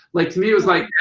like to me it was like,